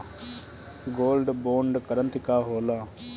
Gold bond करतिं का होला?